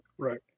Right